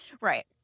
Right